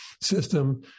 system